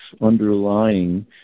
underlying